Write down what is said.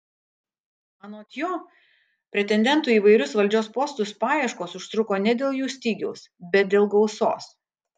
anot jo pretendentų į įvairius valdžios postus paieškos užtruko ne dėl jų stygiaus bet dėl gausos